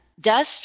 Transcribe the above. dust